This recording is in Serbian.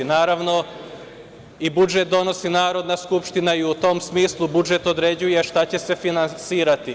Naravno, i budžet donosi Narodna skupština i u tom smislu budžet određuje šta će se finansirati.